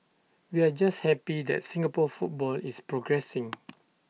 we're just happy that Singapore football is progressing